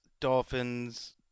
Dolphins